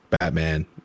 Batman